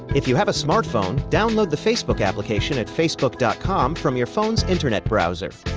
if you have a smartphone, ownload the facebook application at facebook dot com from your phone's internet browser.